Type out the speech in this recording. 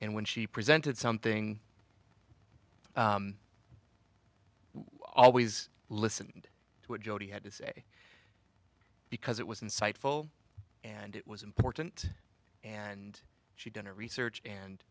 when she presented something always listen to what jodi had to say because it was insightful and it was important and she didn't research and